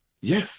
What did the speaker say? Yes